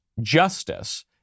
justice